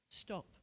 Stop